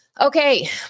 Okay